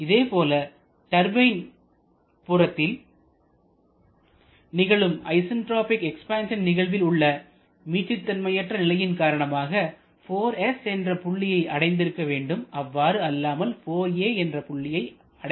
இதேபோல டர்பைன் புறத்தில் நிகழும் ஐசன்டிராபிக் எக்ஸ்பான்சன் நிகழ்வில் உள்ள மீட்சிதன்மையற்ற நிலையின் காரணமாக 4s என்ற புள்ளியை அடைந்திருக்க வேண்டும் அவ்வாறு அல்லாமல் 4a என்ற புள்ளியை அடைந்திருக்கிறது